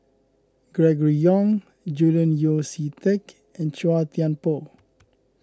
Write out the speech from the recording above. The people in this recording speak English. Gregory Yong Julian Yeo See Teck and Chua Thian Poh